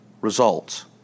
results